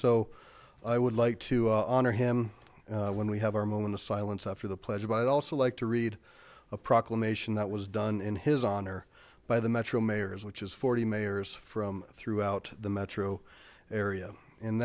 so i would like to honor him when we have our moment of silence after the pledge of i also like to read a proclamation that was done in his honor by the metro mayors which is forty mayors from throughout the metro area